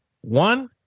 one